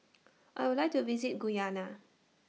I Would like to visit Guyana